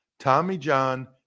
TommyJohn